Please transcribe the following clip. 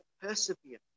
persevere